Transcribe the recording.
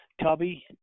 Tubby